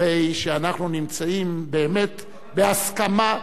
הרי שאנחנו נמצאים באמת בהסכמה,